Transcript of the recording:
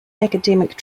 academic